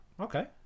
okay